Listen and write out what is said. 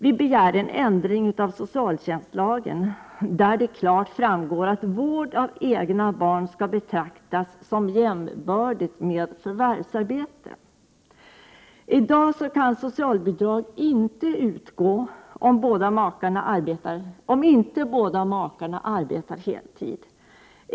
Vi begär en ändring av socialtjänstlagen i vilken klart framgår att vård av egna barn skall betraktas som jämbördig med förvärvsarbete. I dag kan socialbidrag inte utgå om inte båda makarna arbetar heltid.